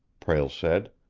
prale said.